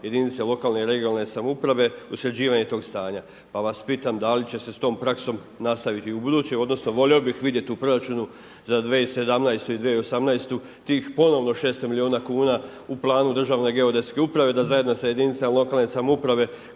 jedinice lokalne i regionalne samouprave u sređivanje tog stanja. Pa vas pitam da li će se s tom praksom nastaviti i u buduće odnosno volio bih vidjeti u proračunu za 2017. i 2018. tih ponovno 600 milijuna kuna u planu Državne geodetske uprave da zajedno sa jedinicama lokalne samouprave